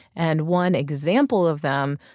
and one example of them,